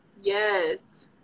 yes